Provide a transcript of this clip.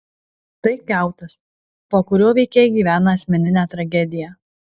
tai kiautas po kuriuo veikėjai gyvena asmeninę tragediją